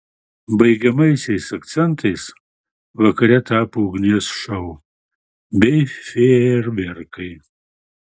baigiamaisiais akcentais vakare tapo ugnies šou bei fejerverkai